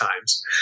times